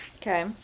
Okay